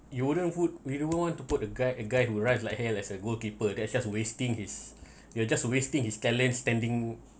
you wouldn't put we wouldn't want to put a guy a guy who runs like hell as a goalkeeper there's just wasting his you're just wasting his talent standing